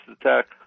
attack